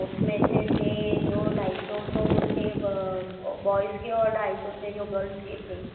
उसमें से थे जो ढाई सौ तो थे बॉयज़ के और ढाई सौ से जो गर्ल्स के थे